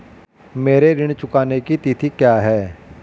मेरे ऋण चुकाने की तिथि क्या है?